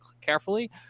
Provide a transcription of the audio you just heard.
carefully